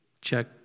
Check